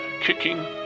kicking